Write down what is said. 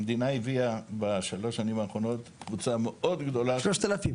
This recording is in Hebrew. המדינה הביאה בשלוש השנים האחרונות קבוצה מאוד גדולה --- 3,000.